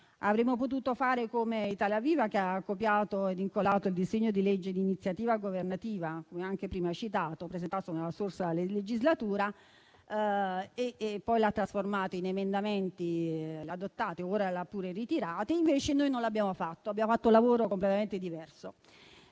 Avremmo potuto fare come Italia Viva, che ha copiato e incollato il disegno di legge di iniziativa governativa - anche prima citato - presentato nella scorsa legislatura e poi lo ha trasformato in emendamenti che ora ha anche ritirato. Noi, invece, abbiamo fatto un lavoro completamente diverso.